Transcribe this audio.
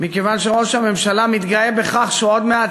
מכיוון שראש הממשלה מתגאה בכך שעוד מעט